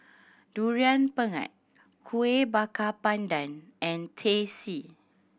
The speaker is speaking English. Durian Pengat Kueh Bakar Pandan and Teh C